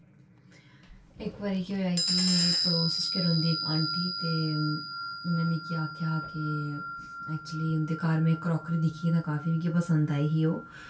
इक बारी केह् होएआ कि मेरे पड़ोस च गै रौंह्दी इक आंटी ते उ'नें मिगी आखेआ हा कि ऐक्चुअली उं'दे घर में क्राकरी दिक्खी ते काफी मिगी पसंद आई ही ओह्